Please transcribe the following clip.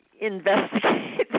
investigate